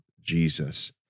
Jesus